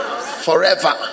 Forever